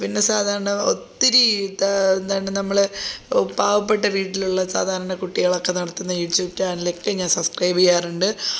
പിന്നെ സാധാരണ ഒത്തിരി ഇത്താ എന്താണ് നമ്മൾ പാവപ്പെട്ട വീട്ടിലുള്ള സാധാരണ കുട്ടികളൊക്കെ നടത്തുന്ന യൂട്യൂബ് ചാനലൊക്കെ ഞാൻ സബ്സ്ക്രൈബ് ചെയ്യാറുണ്ട്